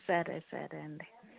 సరే సరే అండి